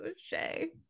Shay